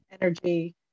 energy